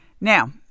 Now